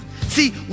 See